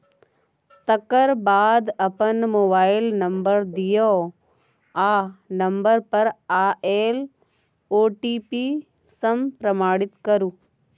तकर बाद अपन मोबाइल नंबर दियौ आ नंबर पर आएल ओ.टी.पी सँ प्रमाणित करु